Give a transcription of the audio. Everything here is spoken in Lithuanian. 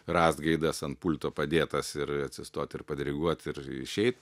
rast gaidas ant pulto padėtas ir atsistot ir padiriguot ir išeit